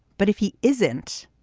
but if he isn't,